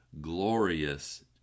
glorious